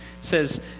says